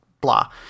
blah